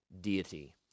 deity